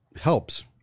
helps